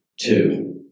Two